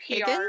PR